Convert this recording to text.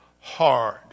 hard